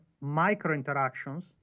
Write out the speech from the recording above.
micro-interactions